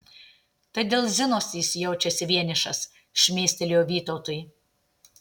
tai dėl zinos jis jaučiasi vienišas šmėstelėjo vytautui